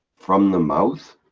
from the mouth.